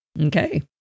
Okay